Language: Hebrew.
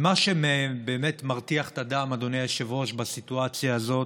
ומה שבאמת מרתיח את הדם בסיטואציה הזאת,